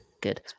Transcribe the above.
Good